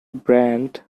brand